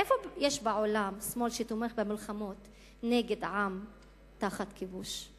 איפה יש בעולם שמאל שתומך במלחמות נגד עם תחת כיבוש?